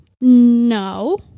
no